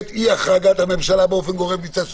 את אי החרגת הממשלה באופן גורף מצד שלישי.